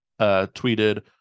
tweeted